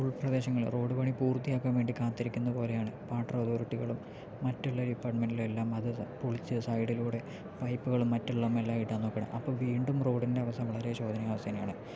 ഉൾപ്രദേശങ്ങൾ road പണി പൂർത്തിയാക്കാൻ വേണ്ടി കാത്തിരിക്കുന്നതു പോലെയാണ് വാട്ടർ അതോറിറ്റികളും മറ്റുള്ള ഡിപ്പാർട്ട്മെന്റിലെ എല്ലാം അതു പൊളിച്ച് സൈഡിലൂടെ പൈപ്പുകളും മറ്റെല്ലാം എല്ലാം ഇടാൻ നോക്കുകയാണ് അപ്പോൾ വീണ്ടും റോഡിൻ്റെ അവസ്ഥ വളരെ ശോചനീയാവസ്ഥ തന്നെയാണ്